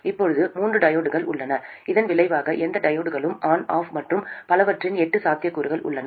இப்போது மூன்று டையோட்கள் உள்ளன இதன் விளைவாக எந்த டையோட்களும் ஆன் ஆஃப் மற்றும் பலவற்றின் எட்டு சாத்தியக்கூறுகள் உள்ளன